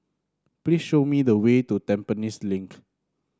please show me the way to Tampines Link